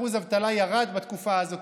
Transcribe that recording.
אחוז האבטלה ירד בתקופה הזאת,